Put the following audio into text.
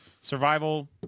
Survival